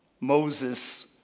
Moses